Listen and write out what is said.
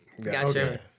Gotcha